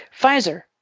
Pfizer